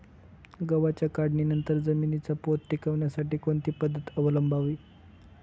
गव्हाच्या काढणीनंतर जमिनीचा पोत टिकवण्यासाठी कोणती पद्धत अवलंबवावी?